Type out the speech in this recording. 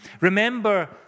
Remember